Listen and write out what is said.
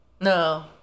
no